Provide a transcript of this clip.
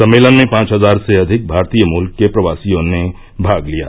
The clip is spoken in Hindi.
सम्मेलन में पांच हजार से अधिक भारतीय मूल के प्रवासियों ने भाग लिया